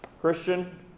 Christian